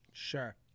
sure